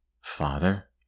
Father